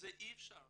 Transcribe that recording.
ואי אפשר